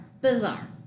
Bizarre